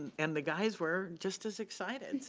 and the guys were just as excited. so